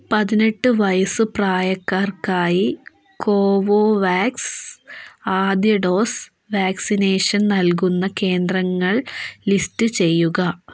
പതിനെട്ട് വയസ്സ് പ്രായക്കാർക്കായി കോവോ വാക്സ് ആദ്യ ഡോസ് വാക്സിനേഷൻ നൽകുന്ന കേന്ദ്രങ്ങൾ ലിസ്റ്റ് ചെയ്യുക